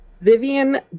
Vivian